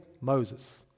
Moses